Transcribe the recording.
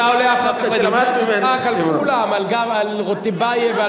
אני מגן עליו ואת